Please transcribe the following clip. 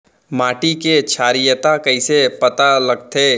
माटी के क्षारीयता कइसे पता लगथे?